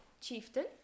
Chieftain